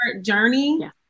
journey